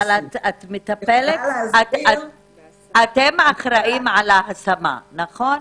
אתם האחראיים על ההשמה, נכון?